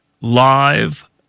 live